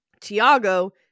Tiago